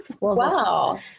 Wow